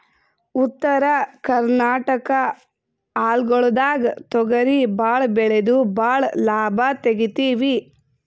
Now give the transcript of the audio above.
ಉತ್ತರ ಕರ್ನಾಟಕ ಹೊಲ್ಗೊಳ್ದಾಗ್ ತೊಗರಿ ಭಾಳ್ ಬೆಳೆದು ಭಾಳ್ ಲಾಭ ತೆಗಿತೀವಿ